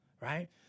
right